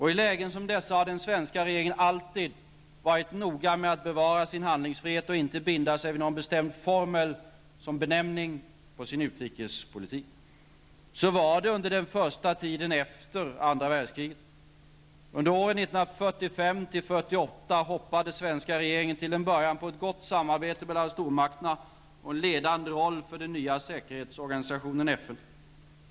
I lägen som dessa har den svenska regeringen alltid varit noga med att bevara sin handlingsfrihet och inte binda sig vid någon bestämd formel som benämning på sin utrikespolitik. Så var det under den första tiden efter andra världskriget. Under åren 1945--1948 hoppades svenska regeringen till en början på ett gott samarbete mellan stormakterna och en ledande roll för den nya säkerhetsorganisationen, FN.